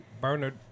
Bernard